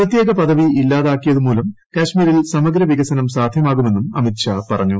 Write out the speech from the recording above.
പ്രത്യേക പദവി ഇല്ലത്താ്ക്കിയതു മൂലം കാശ്മീരിൽ സമഗ്ര വികസനം സാധ്യമാക്ടുമെന്നും അമിത് ഷാ പറഞ്ഞു